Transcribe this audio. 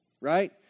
right